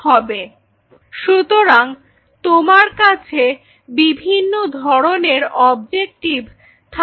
Refer Time 0434 সুতরাং তোমার কাছে বিভিন্ন ধরনের অবজেকটিভ থাকতে হবে